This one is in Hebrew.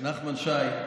נחמן שי.